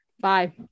Bye